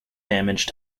damage